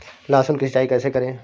लहसुन की सिंचाई कैसे करें?